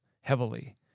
heavily